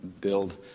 build